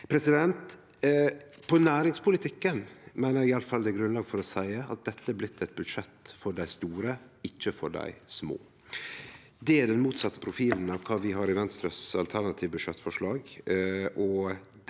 gjeld næringspolitikken, meiner eg iallfall det er grunnlag for å seie at dette har blitt eit budsjett for dei store, ikkje for dei små. Det er motsett profil av kva vi har i Venstres alternative budsjettforslag.